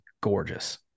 gorgeous